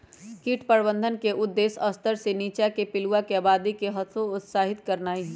कीट प्रबंधन के उद्देश्य स्तर से नीच्चाके पिलुआके आबादी के हतोत्साहित करनाइ हइ